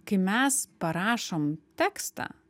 kai mes parašom tekstą